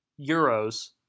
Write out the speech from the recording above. euros